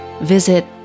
Visit